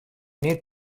need